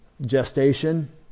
gestation